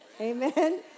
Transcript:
Amen